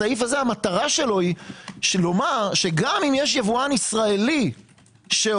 הסעיף הזה המטרה שלו לומר שגם אם יש יבואן ישראלי שעושה,